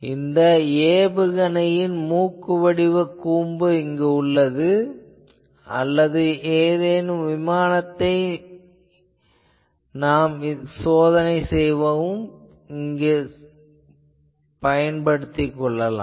இங்கு ஏவுகணையின் மூக்கு வடிவ கூம்பு உள்ளது அல்லது ஏதேனும் விமானத்தை நாம் சோதனை செய்யலாம்